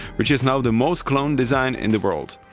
which is now the most cloned design in the world.